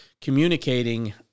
communicating